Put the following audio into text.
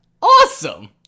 Awesome